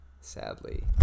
sadly